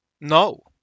No